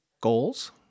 goals